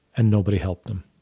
and nobody helped them.